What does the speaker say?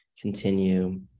continue